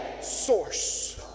source